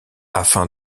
afin